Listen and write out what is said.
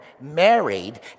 married